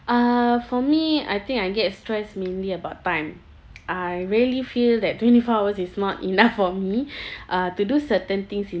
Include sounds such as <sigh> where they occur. uh for me I think I get stressed mainly about time I really feel that twenty four hours is not enough for me <breath> uh to do certain things in